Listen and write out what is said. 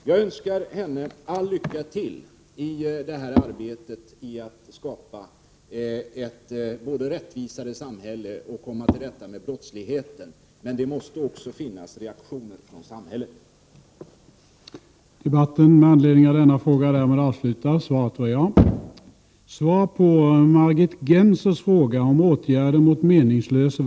Jag önskar henne all lycka till i arbetet på att skapa ett rättvisare samhälle och komma till rätta med brottsligheten. Men det måste också finnas reaktioner från samhället på brottslighet.